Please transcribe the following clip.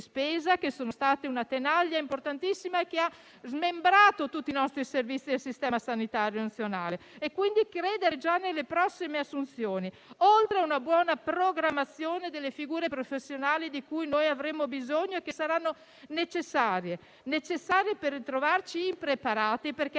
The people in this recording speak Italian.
spesa, che sono stati una tenaglia importantissima, che ha smembrato tutti i nostri servizi e il Sistema sanitario nazionale, credendo già nelle prossime assunzioni, oltre ad una buona programmazione delle figure professionali di cui noi avremo bisogno e che saranno necessarie per non trovarci impreparati.